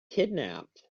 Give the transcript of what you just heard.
kidnapped